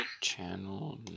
channel